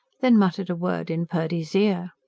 then muttered a word in purdy's ear.